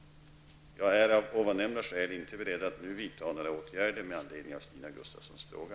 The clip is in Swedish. Jag är av ovannämnda skäl inte beredd att nu vidta några åtgärder med anledning av Stina Gustavssons fråga.